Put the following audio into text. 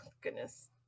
goodness